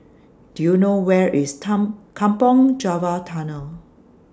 Do YOU know Where IS Kampong Java Tunnel